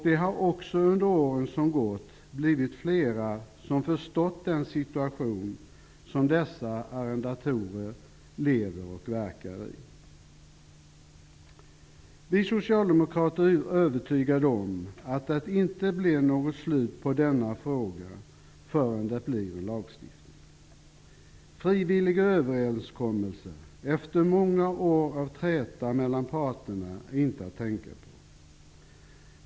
Det har också under åren som gått blivit flera som förstått den situation som dessa arrendatorer lever och verkar i. Vi socialdemokrater är övertygade om att det inte blir något slut på denna fråga förrän det blir en lagstiftning. Frivilliga överenskommelser efter många år av träta mellan parterna är inte att tänka på.